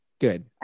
Good